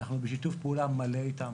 אנחנו בשיתוף פעולה מלא איתו.